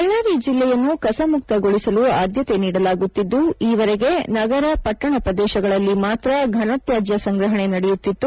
ಬಳ್ಳಾರಿ ಜಿಲ್ಲೆಯನ್ನು ಕಸಮುಕ್ತಗೊಳಿಸಲು ಆದ್ಯತೆ ನೀಡಲಾಗುತ್ತಿದ್ದು ಈವರಗೆ ನಗರ ಪಟ್ಟಣ ಪ್ರದೇಶದಲ್ಲಿ ಮಾತ್ರ ಫನ ತ್ಯಾಜ್ಯ ಸಂಗ್ರಹಣೆ ನಡೆಯುತ್ತಿತ್ತು